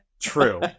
True